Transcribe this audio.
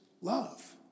love